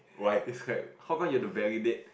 it's like how come you have to validate